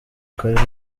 karere